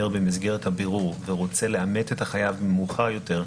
במסגרת הבירור ורוצה לאמת את החייב מאוחר יותר,